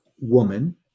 woman